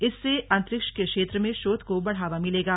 इससे अंतरिक्ष के क्षेत्र में शोध को बढ़ावा मिलेगा